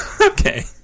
Okay